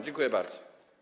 Dziękuję bardzo.